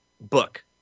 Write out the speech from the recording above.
Book